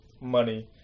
money